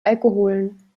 alkoholen